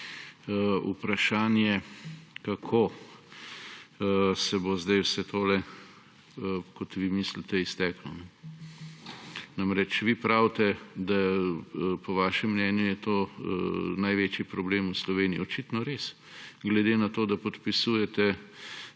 vprašanje, kako se bo zdaj vse tole, kot vi mislite, izteklo. Namreč, vi pravite, da po vašem mnenju je to največji problem v Sloveniji. Očitno res, glede na to, da podpisujete